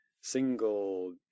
single